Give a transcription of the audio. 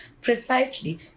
precisely